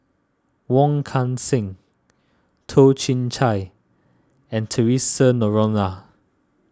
Wong Kan Seng Toh Chin Chye and theresa Noronha